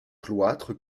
cloître